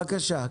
בבקשה.